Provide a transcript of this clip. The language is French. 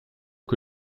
que